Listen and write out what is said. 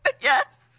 Yes